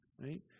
right